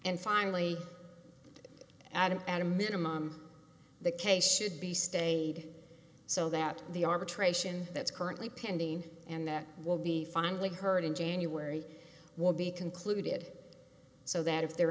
and finally added at a minimum the case should be stayed so that the arbitration that's currently pending and that will be finally heard in january will be concluded so that if the